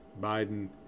Biden